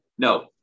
No